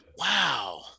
wow